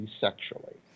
sexually